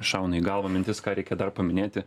šauna į galvą mintis ką reikia dar paminėti